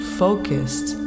focused